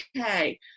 okay